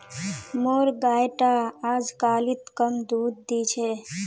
मोर गाय टा अजकालित कम दूध दी छ